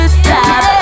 stop